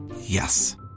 Yes